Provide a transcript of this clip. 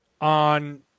on